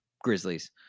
Grizzlies